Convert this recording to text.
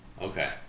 Okay